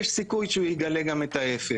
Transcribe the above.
יש סיכוי שהוא יגלה גם את ההיפך,